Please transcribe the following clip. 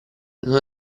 non